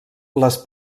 les